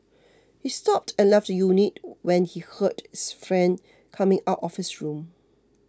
he stopped and left the unit when he heard his friend coming out of his room